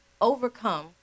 overcome